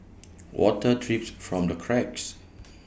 water drips from the cracks